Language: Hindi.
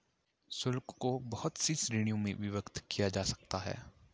शुल्क को बहुत सी श्रीणियों में विभक्त किया जा सकता है